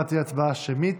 ההצבעה תהיה הצבעה שמית.